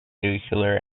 nuclear